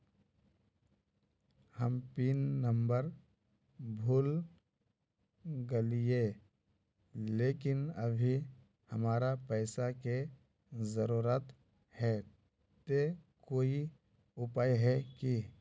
हम pin number भूल गेलिये लेकिन अभी हमरा पैसा के जरुरत है ते कोई उपाय है की?